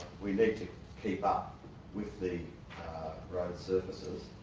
we need to keep up with the road surfaces.